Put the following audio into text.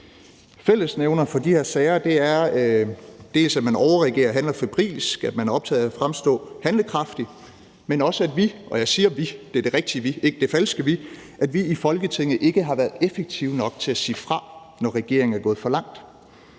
Fællesnævner for de her sager er, at man dels overreagerer og handler febrilsk, at man er optaget af at fremstå handlekraftig, men også at vi, og jeg siger »vi«, og det er det rigtige vi, ikke det falske vi, at vi i Folketinget ikke har været effektive nok til at sige fra, når regeringen er gået for langt,